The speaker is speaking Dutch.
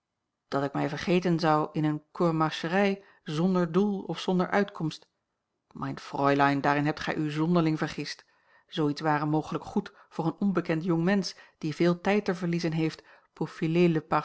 dat ik mij vergeten zou in eene courmacherei zonder doel of zonder uitkomst mein fräulein daarin hebt gij u zonderling vergist zoo iets ware mogelijk goed voor een onbekend jongmensch die veel tijd te verliezen heeft pour